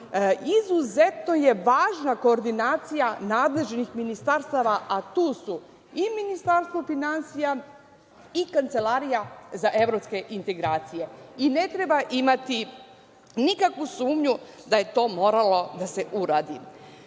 izuzetno je važna koordinacija nadležnih ministarstava, a tu su i Ministarstvo finansija i Kancelarija za evropske integracije. Ne treba imati nikakvu sumnju da je to moralo da se uradi. Želim